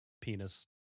Penis